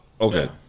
okay